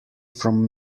from